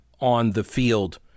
on-the-field